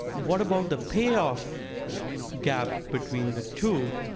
what about the payoff gap between the two.